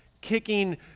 kicking